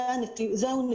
זה נתיב הדיווח.